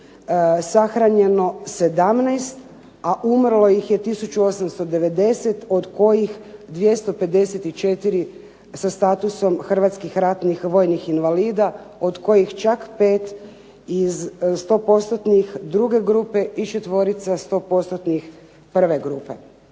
sahranjeno 17 a umrlo ih je 1890 od kojih 254 sa statusom hrvatskih ratnih vojnih invalida od kojih čak 5 iz sto postotnih druge grupe i četvorica sto postotnih prve grupe.